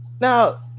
Now